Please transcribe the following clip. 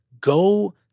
go